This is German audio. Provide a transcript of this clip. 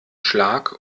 schlag